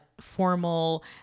formal